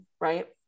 right